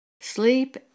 Sleep